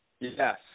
Yes